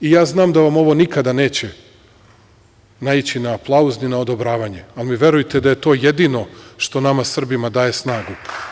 Ja znam da vam ovo nikada neće naići na aplauz, ni na odobravanje, ali mi verujte da je to jedino što nama Srbima daje snagu.